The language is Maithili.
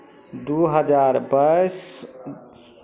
दू हजार बाइस